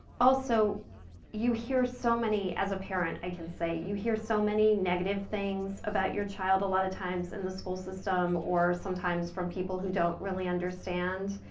also you hear so many as a parent i can say you hear so many negative things about your child, a lot of times in the school system or sometimes from people who don't really understand.